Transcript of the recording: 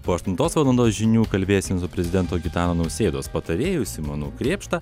po aštuntos valandos žinių kalbėsim su prezidento gitano nausėdos patarėju simonu krėpšta